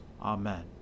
Amen